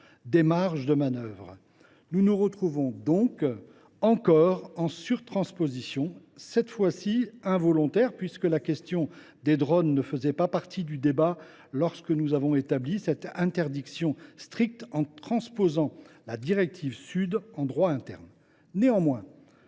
des marges de manœuvre. Nous nous retrouvons donc – encore !– en situation de surtransposition, cette fois ci involontaire : les drones ne faisaient pas partie du débat lorsque nous avons établi cette interdiction stricte en transposant la directive SUD () en droit interne. Néanmoins,